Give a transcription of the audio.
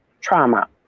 trauma